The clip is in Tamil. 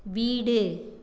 வீடு